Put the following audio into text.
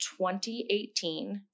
2018